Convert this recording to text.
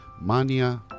Mania